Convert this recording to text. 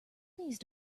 please